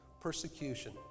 persecution